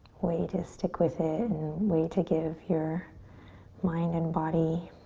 way to stick with it and way to give your mind and body